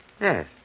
Yes